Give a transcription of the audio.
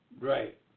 Right